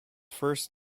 first